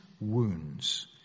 wounds